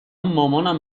مامانم